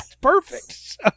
perfect